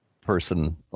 person